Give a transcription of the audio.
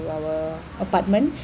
our apartment